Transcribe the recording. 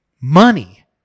money